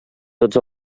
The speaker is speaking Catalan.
tots